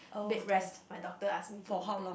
bed rest my doctor ask me to